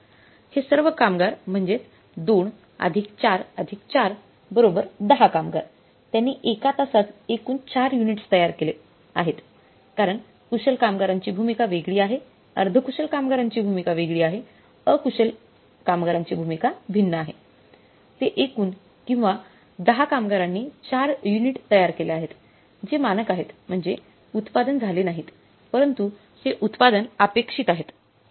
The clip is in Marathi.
हे सर्व कामगार म्हणजेच २४४१० कामगार त्यांनी एका तासात एकूण 4 युनिट्स तयार केल्या आहेत कारण कुशल कामगारांची भूमिका वेगळी आहे अर्धकुशल कामगारांची भूमिका वेगळी आहे अकुशलची भूमिका कामगार भिन्न आहेत ते एकूण किंवा या १० कामगारांनी 4 युनिट तयार केल्या आहेत जे मानक आहेत म्हणजे उत्पादन झाले नाहीत परंतु ते उत्पादन अपेक्षित आहेत